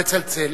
נא לצלצל.